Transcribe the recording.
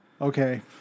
Okay